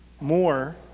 more